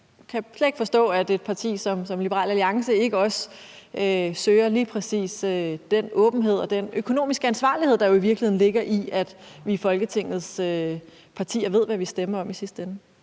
Jeg kan slet ikke forstå, at et parti som Liberal Alliance ikke også søger lige præcis den åbenhed og den økonomiske ansvarlighed, der jo i virkeligheden ligger i, at vi i Folketingets partier ved, hvad vi stemmer om i sidste ende.